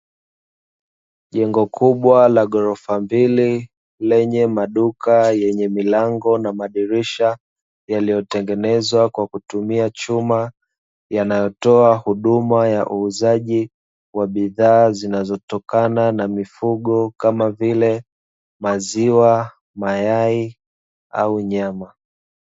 Jengo kubwa la ghorofa mbili, lenye maduka yenye milango na madirisha yaliyotengenezwa kwa kutumia chuma, yanayotoa huduma ya uuzaji wa bidhaa zinazotokana na mifugo, kama vile; maziwa, mayai au nyama.